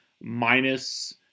minus